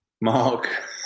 Mark